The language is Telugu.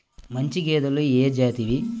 మంచి గేదెలు ఏ జాతివి?